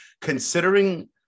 considering